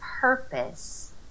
purpose